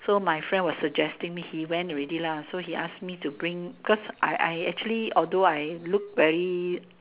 so my friend was suggesting me he went already lah so he ask me to bring because I I actually although I look very